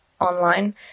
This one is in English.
online